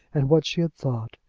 and what she had thought.